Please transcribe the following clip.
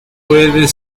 fue